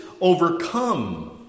overcome